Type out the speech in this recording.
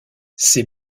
ces